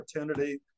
opportunity